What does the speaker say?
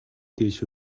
дээш